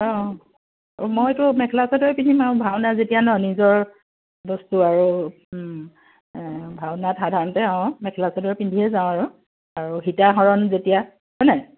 অ' মইতো মেখেলা চাদৰে পিন্ধিম আৰু ভাওনা যেতিয়া ন নিজৰ বস্তু আৰু ভাওনাত সাধাৰণতে অ' মেখেলা চাদৰে পিন্ধিয়ে যাওঁ আৰু আৰু সীতা হৰণ যেতিয়া হয় নাই